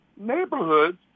neighborhoods